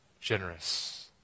generous